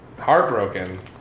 heartbroken